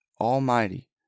almighty